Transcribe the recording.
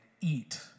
eat